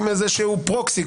עם איזשהו "פרוקסי",